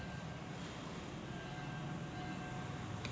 DAP सगळ्यात चांगलं खत हाये का?